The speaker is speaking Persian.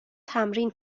تمرین